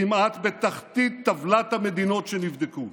כמעט בתחתית טבלת המדינות שנבדקו.